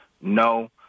no